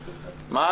מה המספרים,